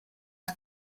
are